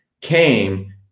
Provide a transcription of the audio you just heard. came